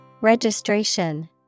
Registration